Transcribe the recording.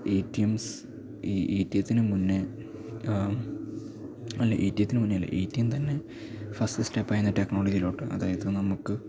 A T Ms ഈ എടീമ്മിനു മുന്നേ അല്ല എടിയമ്മിനു മുന്നേ അല്ല എ റ്റി എം തന്നെ ഫസ്റ്റ് സ്റ്റെപ്പ് ആ യിരുന്നു ടെക്ക്നോളജിയിലോട്ട് അതായത് നമ്മൾക്ക്